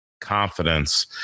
confidence